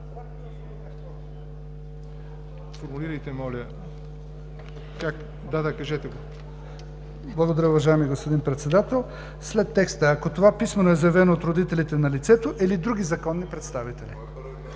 Благодаря, уважаеми господин Председател. След текста: „ако това е писмено заявено от родителите на лицето“ да се добави „или други законни представители“.